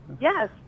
Yes